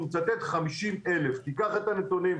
50,000. קח את הנתונים,